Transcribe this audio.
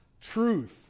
truth